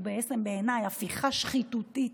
והוא בעצם בעיניי הפיכה שחיתותית,